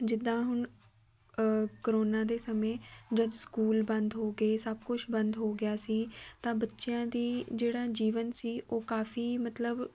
ਜਿੱਦਾਂ ਹੁਣ ਕਰੋਨਾ ਦੇ ਸਮੇਂ ਜਦ ਸਕੂਲ ਬੰਦ ਹੋ ਗਏ ਸਭ ਕੁਛ ਬੰਦ ਹੋ ਗਿਆ ਸੀ ਤਾਂ ਬੱਚਿਆਂ ਦੀ ਜਿਹੜਾ ਜੀਵਨ ਸੀ ਉਹ ਕਾਫੀ ਮਤਲਬ